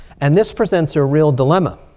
and this presents a real dilemma.